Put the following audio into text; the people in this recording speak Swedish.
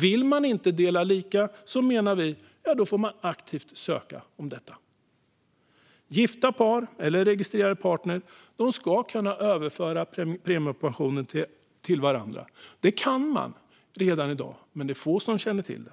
Vill man inte dela lika får man, menar vi, aktivt ansöka om detta. Gifta par eller registrerade partner ska kunna överföra premiepensionen till varandra. Det kan man redan i dag, men det är få som känner till det.